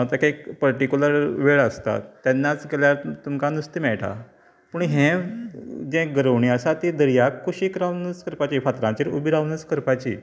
तेका एक पर्टिकुलर वेळ आसता तेन्नाच केल्यार तुमकां नुस्तें मेळटा पूण हे जे घरोवणी आसा ती दर्या कुशीक रावनच करपाची फातराचेर उबी रावनच करपाची